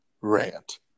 Rant